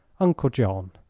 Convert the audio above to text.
uncle john.